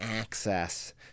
access